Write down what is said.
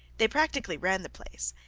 they practically ran the place,